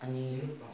अनि